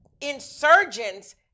insurgents